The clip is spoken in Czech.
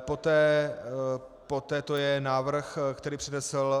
Poté to je návrh, který přednesl